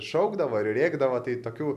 šaukdavo ir rėkdavo tai tokių